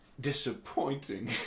disappointing